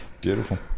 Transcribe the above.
Beautiful